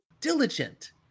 diligent